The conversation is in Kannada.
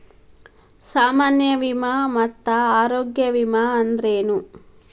ಸಾಮಾನ್ಯ ವಿಮಾ ಮತ್ತ ಆರೋಗ್ಯ ವಿಮಾ ಅಂದ್ರೇನು?